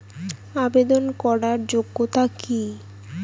আবেদন করার যোগ্যতা কি?